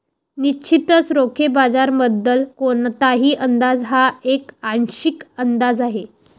निश्चितच रोखे बाजाराबद्दल कोणताही अंदाज हा एक आंशिक अंदाज आहे